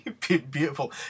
Beautiful